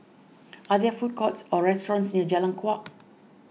are there food courts or restaurants near Jalan Kuak